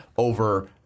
over